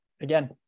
again